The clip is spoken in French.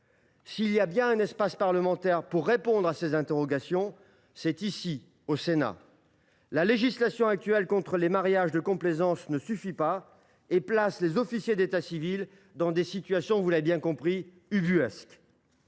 S’il est bien un espace parlementaire pour répondre à ces interrogations, c’est celui du Sénat. La législation actuelle contre les mariages de complaisance est insuffisante et place les officiers d’état civil dans des situations ubuesques.